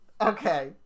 okay